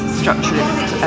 structuralist